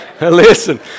listen